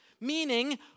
Meaning